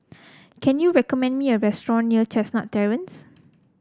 can you recommend me a restaurant near Chestnut Terrace